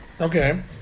Okay